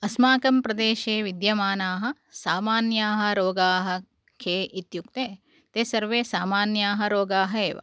अस्माकं प्रदेशे विद्यमानाः सामान्याः रोगाः के इत्युक्ते ते सर्वे सामान्याः रोगाः एव